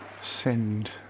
send